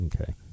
Okay